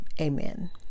amen